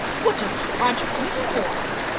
what a tragic little voice!